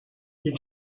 you